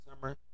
summer